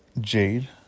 Jade